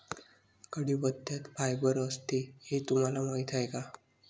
कढीपत्त्यात फायबर असते हे तुम्हाला माहीत आहे का?